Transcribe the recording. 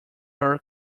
are